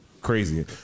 crazy